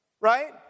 right